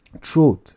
truth